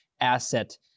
asset